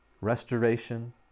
restoration